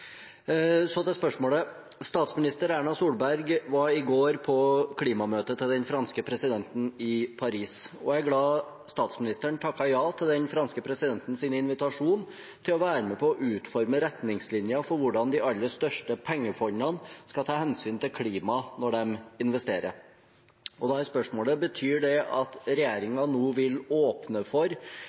Så til spørsmålet: Statsminister Erna Solberg var i går på klimamøtet til den franske presidenten i Paris. Jeg er glad statsministeren takket ja til den franske presidentens invitasjon til å være med på å utforme retningslinjer for hvordan de aller største pengefondene skal ta hensyn til klima når de investerer. Da er spørsmålet: Betyr det at regjeringen nå vil åpne for